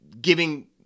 giving